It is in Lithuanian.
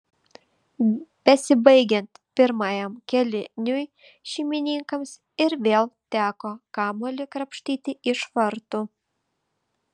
besibaigiant pirmajam kėliniui šeimininkams ir vėl teko kamuolį krapštyti iš vartų